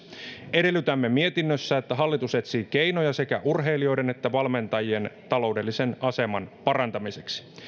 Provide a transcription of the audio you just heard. edellytämme mietinnössä että hallitus etsii keinoja sekä urheilijoiden että valmentajien taloudellisen aseman parantamiseksi